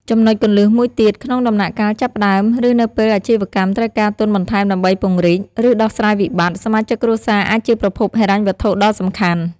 ចំណុចគន្លឹះមួយទៀត ក្នុងដំណាក់កាលចាប់ផ្តើម ឬនៅពេលអាជីវកម្មត្រូវការទុនបន្ថែមដើម្បីពង្រីក ឬដោះស្រាយវិបត្តិ សមាជិកគ្រួសារអាចជាប្រភពហិរញ្ញវត្ថុដ៏សំខាន់។